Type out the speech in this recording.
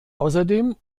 außerdem